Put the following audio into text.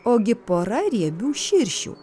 ogi pora riebių širšių